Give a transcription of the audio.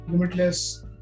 limitless